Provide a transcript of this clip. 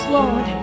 Lord